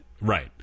Right